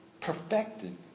perfected